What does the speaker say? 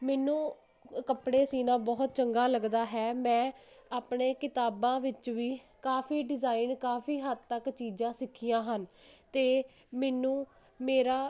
ਮੈਨੂੰ ਕੱਪੜੇ ਸੀਨਾ ਬਹੁਤ ਚੰਗਾ ਲੱਗਦਾ ਹੈ ਮੈਂ ਆਪਣੇ ਕਿਤਾਬਾਂ ਵਿੱਚ ਵੀ ਕਾਫੀ ਡਿਜ਼ਾਇਨ ਕਾਫੀ ਹੱਦ ਤੱਕ ਚੀਜ਼ਾਂ ਸਿੱਖੀਆਂ ਹਨ ਤੇ ਮੈਨੂੰ ਮੇਰਾ